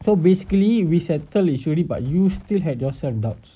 so basically we settle issue aleady but you still had your self doubts